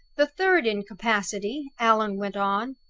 the third incapacity allan went on,